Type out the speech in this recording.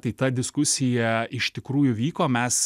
tai ta diskusija iš tikrųjų vyko mes